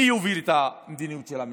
מי יוביל את המדיניות של המשרד,